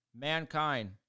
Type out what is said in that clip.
Mankind